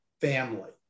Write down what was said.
family